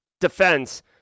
defense